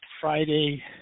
Friday